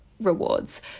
rewards